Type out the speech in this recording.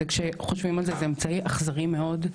כשחושבים על זה, זה אמצעי אכזרי מאוד.